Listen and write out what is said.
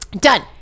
done